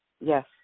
Yes